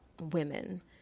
women